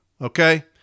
okay